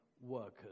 workers